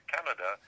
Canada